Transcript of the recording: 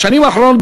בשנים האחרונות,